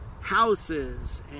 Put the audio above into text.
houses